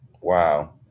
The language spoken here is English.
wow